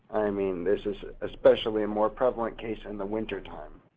i mean, this is especially a more prevalent case in the wintertime.